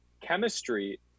chemistry